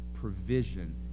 provision